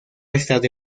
estado